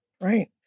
right